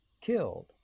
killed